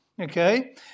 Okay